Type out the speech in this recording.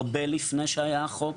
הרבה לפני שהיה החוק,